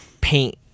paint